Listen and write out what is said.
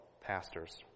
pastors